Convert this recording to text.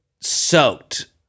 soaked